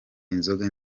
inzoga